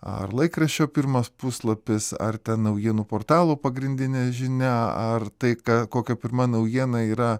ar laikraščio pirmas puslapis ar ten naujienų portalų pagrindinė žinia ar tai ką kokia pirma naujiena yra